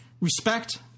respect